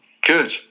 good